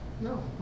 No